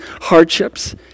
hardships